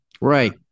Right